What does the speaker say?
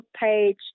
page